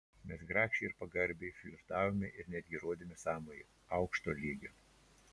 mes grakščiai ir pagarbiai flirtavome ir netgi rodėme sąmojį aukšto lygio